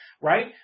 Right